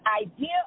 idea